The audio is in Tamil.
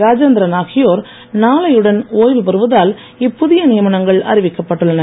ராஜேந்திரன் ஆகியோர் நாளையுடன் ஓய்வு பெறுவதால் இப்புதிய நியமனங்கள் அறிவிக்கப் பட்டுள்ளன